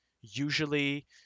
Usually